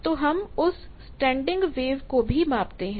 तो हम उस स्टैंडिंग वेव को भी मापते हैं